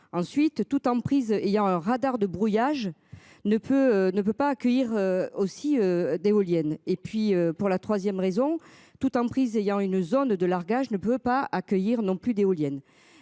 ensuite toute emprise. Il y a un radar de brouillage ne peut, ne peut pas accueillir aussi d'éoliennes et puis pour la 3ème raison toute emprise ayant une zone de largage ne peut pas accueillir non plus d'éoliennes.